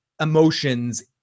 emotions